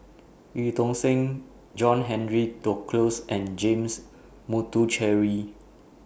EU Tong Sen John Henry Duclos and James Puthucheary